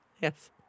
Yes